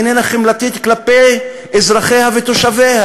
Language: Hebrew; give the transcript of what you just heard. איננה חמלתית כלפי אזרחיה ותושביה?